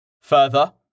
Further